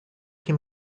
can